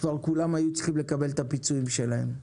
כבר כולם היו צריכים לקבל את הפיצויים שלהם,